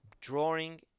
drawing